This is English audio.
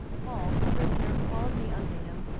paul the prisoner called me unto him,